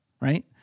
right